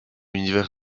l’univers